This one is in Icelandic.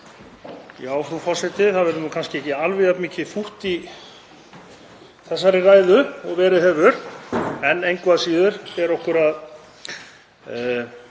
Frú forseti. Það verður nú kannski ekki alveg jafn mikið fútt í þessari ræðu og verið hefur en engu að síður ber okkur að